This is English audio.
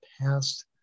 past